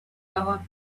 our